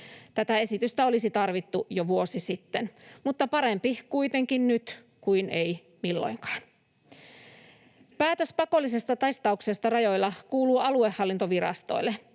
Tätä esitystä olisi tarvittu jo vuosi sitten, mutta parempi kuitenkin nyt kuin ei milloinkaan. Päätös pakollisesta testauksesta rajoilla kuuluu aluehallintovirastoille.